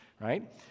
right